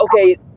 okay